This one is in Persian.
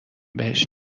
بهش